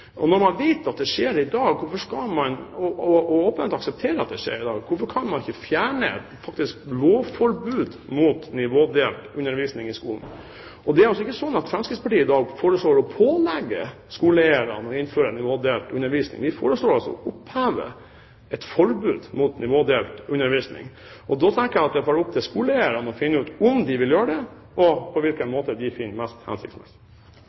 naturfag. Når man vet at det skjer i dag, og åpent aksepterer at det skjer i dag, hvorfor kan man ikke fjerne lovforbudet mot nivådelt undervisning i skolen? Det er ikke sånn at Fremskrittspartiet foreslår å pålegge skoleeierne å innføre nivådelt undervisning. Vi foreslår å oppheve et forbud mot nivådelt undervisning. Jeg mener at det får være opp til skoleeierne å finne ut om de vil gjøre det, og på hvilken måte de finner det mest hensiktsmessig.